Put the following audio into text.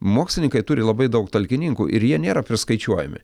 mokslininkai turi labai daug talkininkų ir jie nėra priskaičiuojami